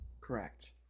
Correct